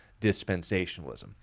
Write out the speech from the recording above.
dispensationalism